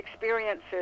experiences